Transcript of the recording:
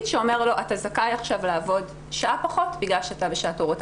שאומר לו: אתה זכאי עכשיו לעבוד שעה פחות בגלל שאתה בשעת הורות.